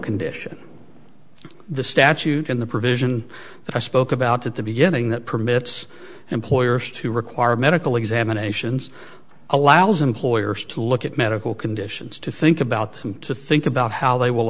condition the statute in the provision that i spoke about at the beginning that permits employers to require medical examinations allows employers to look at medical conditions to think about them to think about how they will